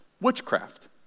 witchcraft